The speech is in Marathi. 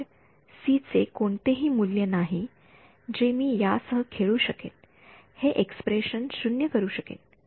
तर सी चे कोणतेही मूल्य नाही जे मी यासह खेळू शकेन हे एक्स्प्रेशन 0 करू शकेन